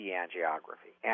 angiography